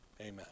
Amen